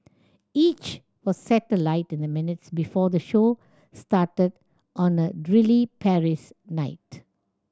each was set alight in the minutes before the show started on a drily Paris night